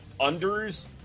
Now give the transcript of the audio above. unders